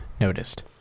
noticed